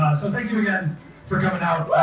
so thank you again for coming out,